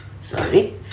sorry